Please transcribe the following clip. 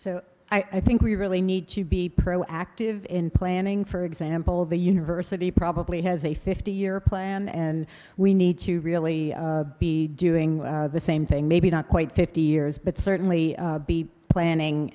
so i think we really need to be proactive in planning for example the university probably has a fifty year plan and we need to really be doing the same thing maybe not quite fifty years but certainly be planning